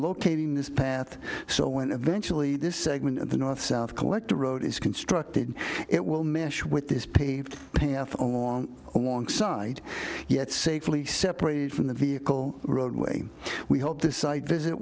locating this path so when eventually this segment of the north south collect a road is constructed it will mesh with this paved path along alongside yet safely separated from the vehicle roadway we hope the site visit